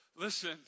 Listen